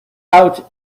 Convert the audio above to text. out